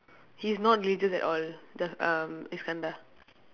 he's not religious at all jaf~ um iskandar